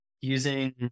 using